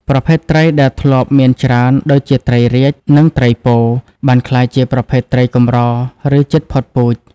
ប្រភេទត្រីដែលធ្លាប់មានច្រើន ដូចជាត្រីរាជ និងត្រីពោ បានក្លាយជាប្រភេទត្រីកម្រ ឬជិតផុតពូជ។